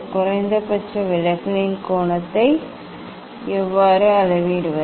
குறைந்தபட்ச விலகலின் கோணத்தை எவ்வாறு அளவிடுவது